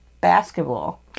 basketball